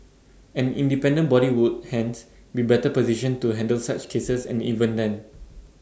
an independent body would hence be better positioned to handle such cases and even then